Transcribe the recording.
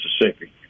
Mississippi